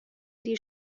دیر